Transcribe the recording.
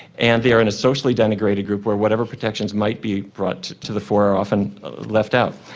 and they are in a socially denigrated group where whatever protections might be brought to the fore are often left out.